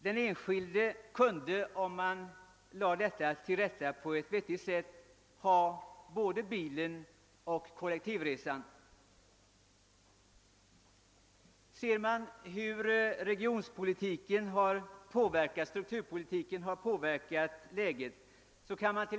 Den enskilde kunde om man tillrättalade detta på ett vettigt sätt ha både bilen och kollektivresan. Även strukturpolitiken har påverkat läget.